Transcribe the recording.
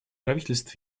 правительств